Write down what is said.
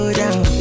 down